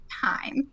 time